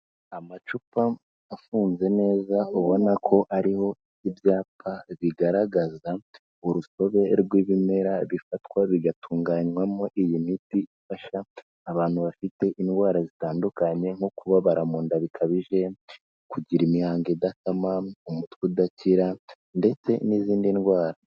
Amacupa afunze neza ubona ko ariho ibyapa bigaragaza urusobe rw'ibimera, bifatwa bigatunganywamo iyi miti ifasha abantu bafite indwara zitandukanye nko kubabara mu nda bikabije, kugira imihango idatama, umutwe udakira ndetse n'izindi ndwara.